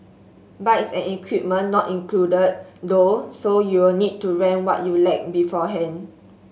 bikes and equipment not included though so you'll need to rent what you lack beforehand